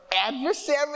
adversary